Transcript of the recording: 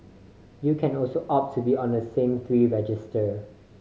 you can also opt to be on a three register